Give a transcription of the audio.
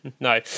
No